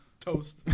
Toast